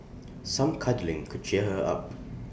some cuddling could cheer her up